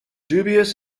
dubious